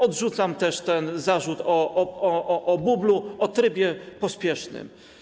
Odrzucam też zarzut o bublu, o trybie pospiesznym.